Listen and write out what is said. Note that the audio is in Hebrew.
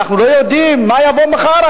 אנחנו לא יודעים מה יבוא מחר,